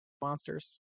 monsters